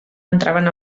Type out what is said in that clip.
entraven